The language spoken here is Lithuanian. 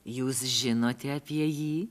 jūs žinote apie jį